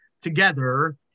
together